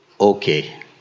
Okay